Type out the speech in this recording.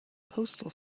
postal